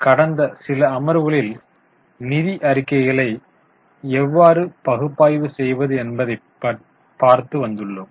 கடந்த சில அமர்வுகளில் நிதி அறிக்கைகளை எவ்வாறு பகுப்பாய்வு செய்வது என்பதை பார்த்து வந்துள்ளோம்